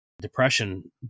depression